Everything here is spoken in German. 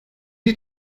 die